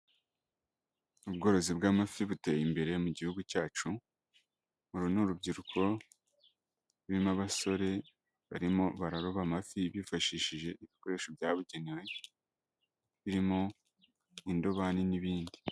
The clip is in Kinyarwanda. Ubworozi bw'amafi buteye imbere mu gihugu cyacu, uru ni urubyiruko rurimo abasore barimo bararoba amafi bifashishije ibikoresho byabugenewe, birimo indobani n'ibindi.